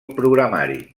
programari